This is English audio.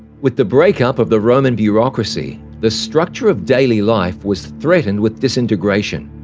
with the breakup of the roman bureaucracy the structure of daily life was threatened with disintegration.